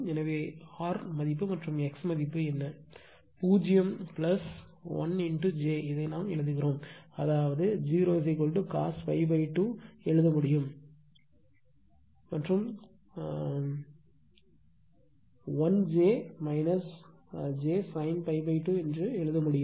எனவே ஆர் மதிப்பு மற்றும் எக்ஸ் மதிப்பு என்ன 0 1 j இதை நாம் எழுதுகிறோம் அதாவது 0 cos π 2 ஐ எழுத முடியும் மற்றும் 1 j ஐ j sin π 2 எழுத முடியும்